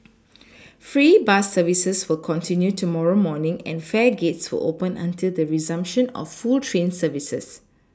free bus services will continue tomorrow morning and fare gates will open until the resumption of full train services